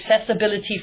accessibility